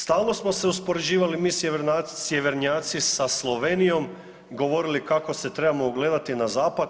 Stalno smo se uspoređivali mi sjevernjaci sa Slovenijom, govorili kako se trebamo ogledati na zapad.